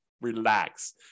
relax